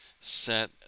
set